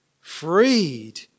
freed